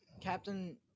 Captain